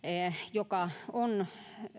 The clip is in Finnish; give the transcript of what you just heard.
joka on